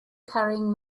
carrying